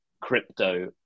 crypto